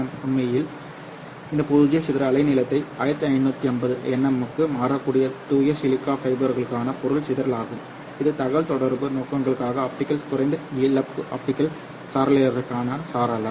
உண்மையில் இந்த பூஜ்ஜிய சிதறல் அலைநீளத்தை 1550nm க்கு மாற்றக்கூடிய தூய சிலிக்கா ஃபைபருக்கான பொருள் சிதறல் ஆகும் இது தகவல்தொடர்பு நோக்கங்களுக்காக ஆப்டிகல் குறைந்த இழப்பு ஆப்டிகல் சாளரத்திற்கான சாளரம்